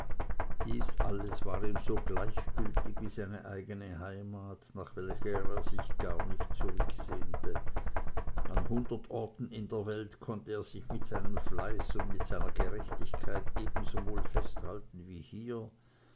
dies alles war ihm so gleichgültig wie seine eigene heimat nach welcher er sich gar nicht zurücksehnte an hundert orten in der welt konnte er sich mit seinem fleiß und mit seiner gerechtigkeit ebensowohl festhalten wie hier